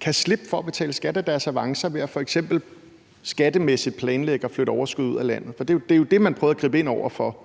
kan slippe for at betale skat af deres avancer ved f.eks. skattemæssigt at planlægge at flytte overskuddet ud af landet. Det var jo det, man prøvede at gribe ind over for